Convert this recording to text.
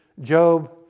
Job